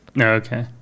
Okay